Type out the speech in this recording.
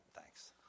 Thanks